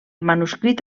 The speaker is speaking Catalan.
manuscrit